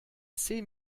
zehn